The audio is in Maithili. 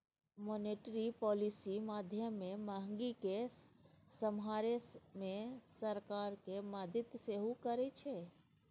मॉनेटरी पॉलिसी माध्यमे महगी केँ समहारै मे सरकारक मदति सेहो करै छै